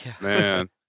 Man